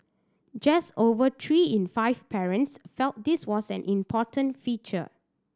just over three in five parents felt this was an important feature